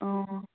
ꯑꯥ